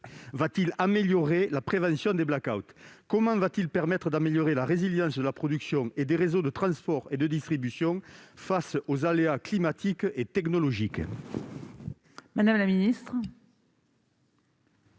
va-t-il améliorer la prévention des blackouts ? Comment va-t-il permettre d'améliorer la résilience de la production et des réseaux de transport et de distribution face aux aléas climatiques et technologiques ? La parole est